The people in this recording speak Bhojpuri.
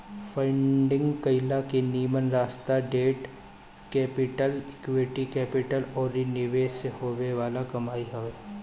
फंडिंग कईला के निमन रास्ता डेट कैपिटल, इक्विटी कैपिटल अउरी निवेश से हॉवे वाला कमाई हवे